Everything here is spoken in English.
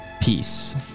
Peace